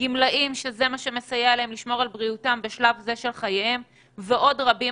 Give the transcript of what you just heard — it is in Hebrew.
גמלאים שזה מה ששומר על בריאותם ועוד רבים